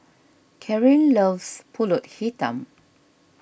Carin loves Pulut Hitam